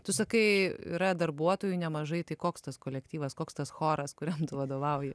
tu sakai yra darbuotojų nemažai tai koks tas kolektyvas koks tas choras kuriam vadovauji